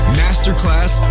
masterclass